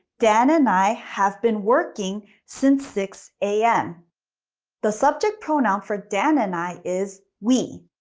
dan and i have been working since six a m the subject pronoun for dan and i is we.